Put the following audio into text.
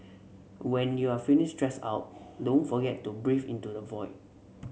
when you are feeling stressed out don't forget to breathe into the void